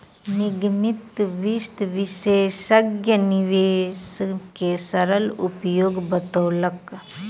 निगमित वित्त विशेषज्ञ निवेश के सरल उपाय बतौलक